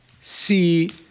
see